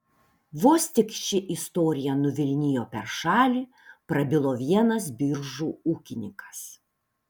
vos tik ši istorija nuvilnijo per šalį prabilo vienas biržų ūkininkas